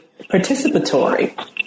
participatory